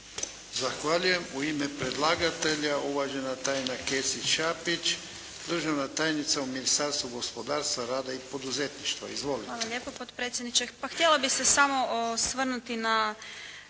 Zahvaljujem. U ime predlagatelja uvažena Tajana Kesić Šapić, državna tajnica u Ministarstvu gospodarstva, rada i poduzetništva. Izvolite. **Kesić-Šapić, Tajana** Hvala lijepo potpredsjedniče. Pa htjela bih se samo osvrnuti na